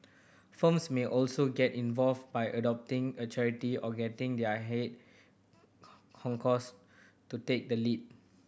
firms may also get involved by adopting a charity or getting their head honchos to take the lead